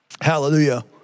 Hallelujah